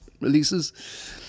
releases